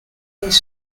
his